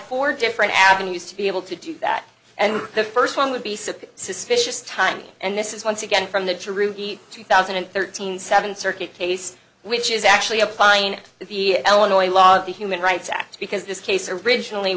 four different avenues to be able to do that and the first one would be sick suspicious time and this is once again from the to ruby two thousand and thirteen seven circuit case which is actually applying the eleanor law the human rights act because this case originally